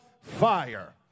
fire